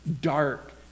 dark